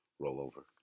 rollover